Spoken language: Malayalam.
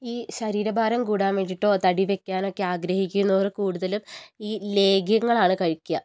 ഈ ശരീര ഭാരം കൂടാൻ വേണ്ടിട്ടോ തടിവെക്കാനോക്കെ ആഗ്രഹിക്കുന്നവർ കൂടുതലും ഈ ലേഹ്യങ്ങളാണ് കഴിക്കുക